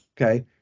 okay